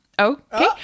Okay